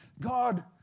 God